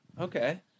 Okay